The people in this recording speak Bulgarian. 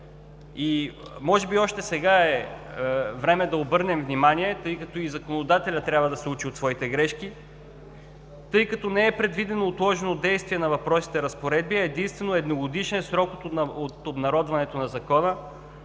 Може би още сега е време да обърнем внимание, тъй като и законодателят трябва да се учи от своите грешки. Тъй като не е предвидено отложено действие на въпросните разпоредби, единствено едногодишен срок от обнародването на Закона